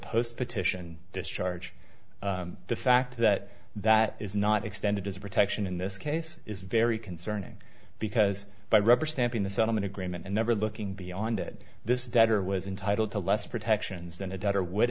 post petition discharge the fact that that is not extended as a protection in this case is very concerning because by rubber stamping the settlement agreement and never looking beyond it this debtor was entitle to less protections than a debtor would